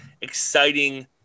exciting –